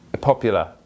popular